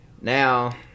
Now